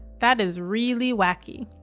that is really wacky.